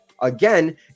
again